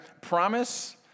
Promise